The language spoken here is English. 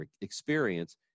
experience